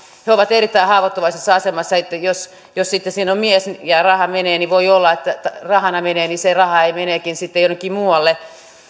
he ovat erittäin haavoittuvaisessa asemassa eli jos sitten siinä on mies ja jos se rahana menee niin voi olla että se raha meneekin sitten jonnekin muualle